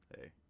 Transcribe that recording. Hey